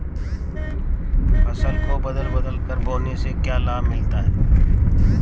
फसल को बदल बदल कर बोने से क्या लाभ मिलता है?